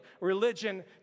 religion